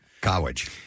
College